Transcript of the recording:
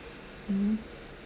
mmhmm